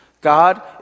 God